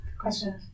Question